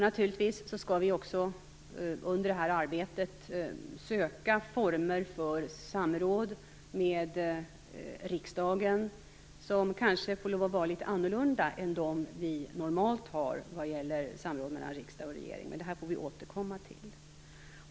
Naturligtvis skall vi också under det här arbetet söka former för samråd med riksdagen vilka kanske får lov vara litet annorlunda än de som vi normalt har för samråd mellan riksdag och regering, men det får vi återkomma till.